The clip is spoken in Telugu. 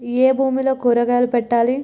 ఏ భూమిలో కూరగాయలు పెట్టాలి?